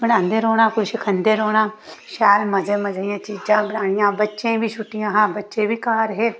बनांदे रौह्ना किश खंदे रौह्ना शैल मजे मजे चीजां बनानियां बच्चें गी बी छुट्टी हियां बच्चे बी घर हे